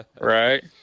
Right